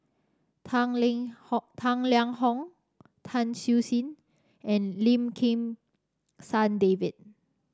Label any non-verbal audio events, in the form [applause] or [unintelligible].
Tang [unintelligible] Tang Liang Hong Tan Siew Sin and Lim Kim San David